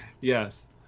Yes